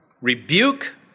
rebuke